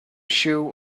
shoe